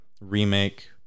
remake